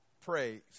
praise